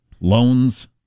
Loans